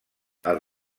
els